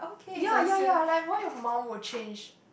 ya ya ya like why your mum will change